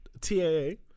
TAA